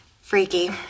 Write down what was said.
Freaky